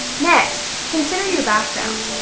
next, consider your background.